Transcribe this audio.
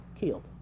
killed